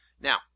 Now